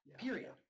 period